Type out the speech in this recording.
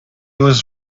was